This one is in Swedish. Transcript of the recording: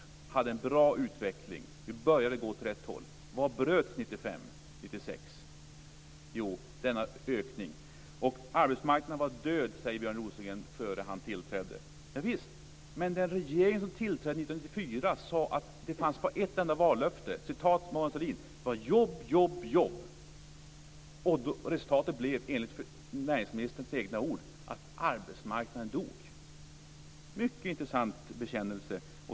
Det var en bra utveckling som började gå åt rätt håll. Vad bröts 1995-1996? Jo, denna ökning. Björn Rosengren säger att arbetsmarknaden var död innan han tillträdde. Javisst! Men den regering som tillträde 1994 sade att det fanns bara ett enda vallöfte. Mona Sahlin sade: "Jobb! Jobb! Jobb!" Resultatet blev, enligt näringsministerns egna ord, att arbetsmarknaden dog. Det är en mycket intressant bekännelse.